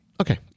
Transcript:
Okay